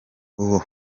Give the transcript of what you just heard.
uwo